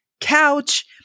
couch